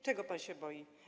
Czego pan się boi?